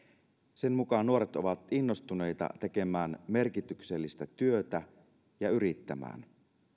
sen mukaan nuoret ovat innostuneita tekemään merkityksellistä työtä ja yrittämään